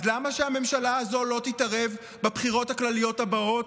אז למה שהממשלה הזו לא תתערב בבחירות הכלליות הבאות,